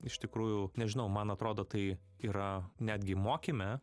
iš tikrųjų nežinau man atrodo tai yra netgi mokyme